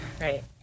Right